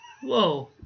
Whoa